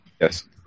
Yes